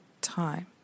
time